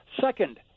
second